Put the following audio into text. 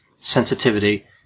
sensitivity